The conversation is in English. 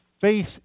face